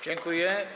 Dziękuję.